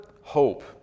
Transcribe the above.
hope